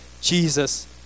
Jesus